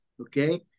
okay